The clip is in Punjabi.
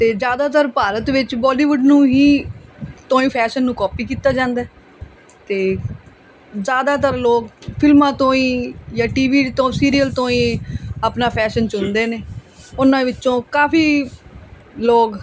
ਅਤੇ ਜ਼ਿਆਦਾਤਰ ਭਾਰਤ ਵਿੱਚ ਬੋਲੀਵੁੱਡ ਨੂੰ ਹੀ ਤੋਂ ਹੀ ਫੈਸ਼ਨ ਨੂੰ ਕਾਪੀ ਕੀਤਾ ਜਾਂਦਾ ਅਤੇ ਜ਼ਿਆਦਾਤਰ ਲੋਕ ਫਿਲਮਾਂ ਤੋਂ ਹੀ ਜਾਂ ਟੀਵੀ ਤੋਂ ਸੀਰੀਅਲ ਤੋਂ ਹੀ ਆਪਣਾ ਫੈਸ਼ਨ ਚੁਣਦੇ ਨੇ ਉਹਨਾਂ ਵਿੱਚੋਂ ਕਾਫੀ ਲੋਕ